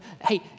hey